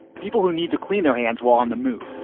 people who need to clean their hands while on the move.